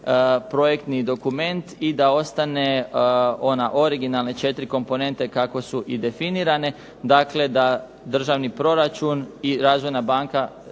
projektni dokument i da ostane one originalne 4 komponente kako su i definirane. Dakle, da državni proračun i Razvojna banka